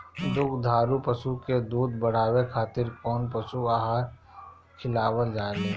दुग्धारू पशु के दुध बढ़ावे खातिर कौन पशु आहार खिलावल जाले?